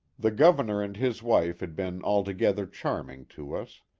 the governor and his wife had been alto gether charming to us.